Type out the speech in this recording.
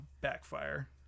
backfire